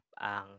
ang